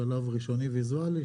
השלב ראשוני הוא ויזואלי,